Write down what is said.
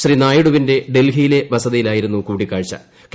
ശ്രീ നായിഡുവിന്റെ ഡൽഹിയിലെ വസതിയിലായിരുന്നു കൂടിക്കാഴ്ച്ചു